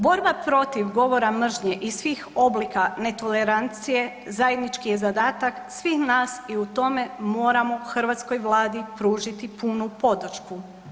Borba protiv govora mržnje i svih oblika netolerancije zajednički je zadatak svih nas i u tome moramo hrvatskoj Vladi pružiti punu podršku.